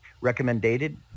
recommended